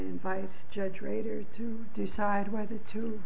invite judge rater to decide whether to